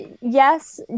Yes